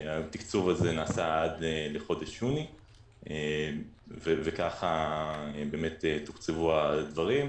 התקצוב הזה נעשה עד לחודש יוני וכך תוקצבו הדברים.